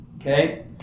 Okay